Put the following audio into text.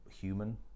human